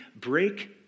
break